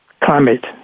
climate